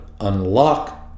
unlock